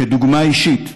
כדוגמה אישית,